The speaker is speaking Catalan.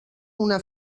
una